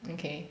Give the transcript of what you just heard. okay